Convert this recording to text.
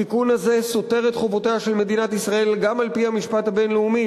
התיקון הזה סותר את חובותיה של מדינת ישראל גם על-פי המשפט הבין-לאומי,